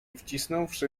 wcisnąwszy